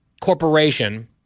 corporation